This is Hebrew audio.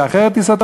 יאחר את טיסתו,